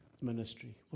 ministry